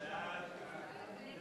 ההצעה להפוך את